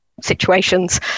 situations